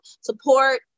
support